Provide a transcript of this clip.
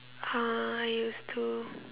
I used to